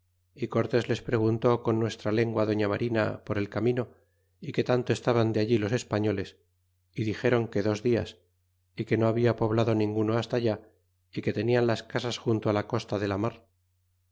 y cortés les preguntó con nuestra lengua doña marina por el camino y que tanto estaban de allí los españoles y dixeron que dos dias y que no habla poblado ninguno hasta allá y que tenian las casas junto la costa de